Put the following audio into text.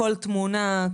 כל תמונה,